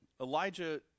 Elijah